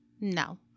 no